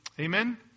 Amen